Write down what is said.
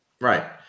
right